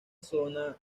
zona